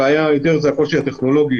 הבעיה היא הקושי הטכנולוגי